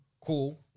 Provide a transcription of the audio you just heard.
Cool